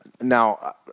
Now